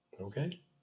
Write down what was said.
okay